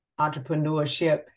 entrepreneurship